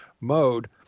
mode